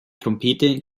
trompete